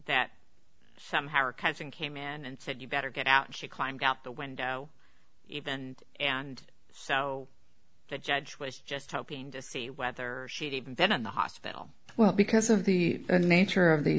that somehow our cousin came in and said you better get out she climbed out the window even and so the judge was just hoping to see whether she'd even been in the hospital well because of the nature of the